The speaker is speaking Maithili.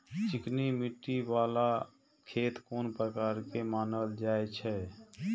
चिकनी मिट्टी बाला खेत कोन प्रकार के मानल जाय छै?